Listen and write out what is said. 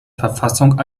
verfassung